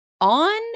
on